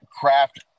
craft